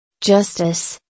Justice